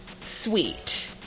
sweet